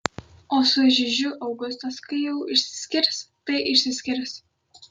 o su žižiu augustas kai jau išsiskirs tai išsiskirs